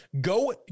Go